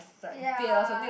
ya